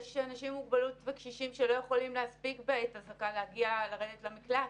יש אנשים עם מוגבלות וקשישים שלא יכולים להספיק בעת אזעקה לרדת למקלט.